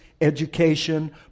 education